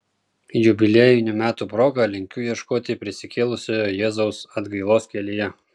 jubiliejinių metų proga linkiu ieškoti prisikėlusiojo jėzaus atgailos kelyje